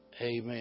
Amen